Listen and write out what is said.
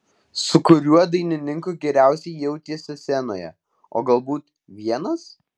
su kuriuo dainininku geriausiai jautiesi scenoje o galbūt vienas